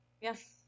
Yes